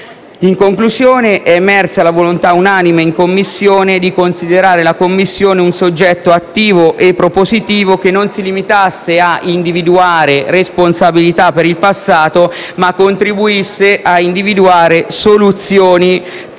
In conclusione, è emersa la volontà unanime in Commissione di considerare la Commissione un soggetto attivo e propositivo che non si limiti a individuare responsabilità per il passato, ma contribuisca a individuare soluzioni per il